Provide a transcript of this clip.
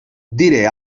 diré